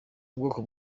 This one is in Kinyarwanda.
ubwoko